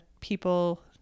People